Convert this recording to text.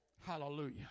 Hallelujah